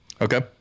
okay